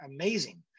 amazing